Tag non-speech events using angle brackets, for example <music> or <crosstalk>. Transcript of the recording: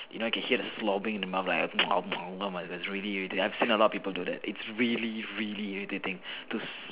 you know I can hear the slobbing in the mouth like <noise> like that it's really irritating I've seen a lot of people do that it's really really irritating to